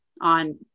on